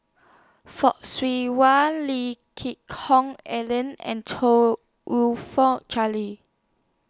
Fock Siew Wah Lee Geck Hoon Ellen and Chong YOU Fook Charles